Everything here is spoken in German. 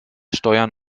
steuern